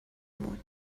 مون